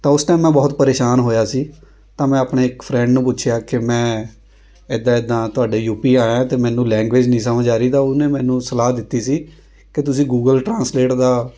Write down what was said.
ਤਾਂ ਉਸ ਟਾਈਮ ਮੈਂ ਬਹੁਤ ਪ੍ਰੇਸ਼ਾਨ ਹੋਇਆ ਸੀ ਤਾਂ ਮੈਂ ਆਪਣੇ ਇੱਕ ਫ੍ਰੈਂਡ ਨੂੰ ਪੁੱਛਿਆ ਕਿ ਮੈਂ ਇੱਦਾਂ ਇੱਦਾਂ ਤੁਹਾਡੇ ਯੂ ਪੀ ਆਇਆਂ ਹੈ ਅਤੇ ਮੈਨੂੰ ਲੈਂਗੁਏਜ ਨਹੀਂ ਸਮਝ ਆ ਰਹੀ ਤਾਂ ਉਹਨੇ ਮੈਨੂੰ ਸਲਾਹ ਦਿੱਤੀ ਸੀ ਕਿ ਤੁਸੀਂ ਗੂਗਲ ਟ੍ਰਾਂਸਲੇਟ ਦਾ